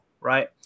right